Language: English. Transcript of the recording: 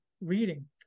reading